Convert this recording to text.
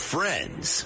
Friends